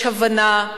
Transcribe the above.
יש הבנה.